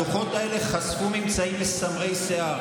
הדוחות האלה חשפו ממצאים מסמרי שיער